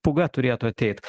pūga turėtų ateit